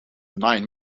nine